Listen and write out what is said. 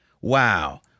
Wow